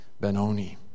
Benoni